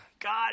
God